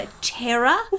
terror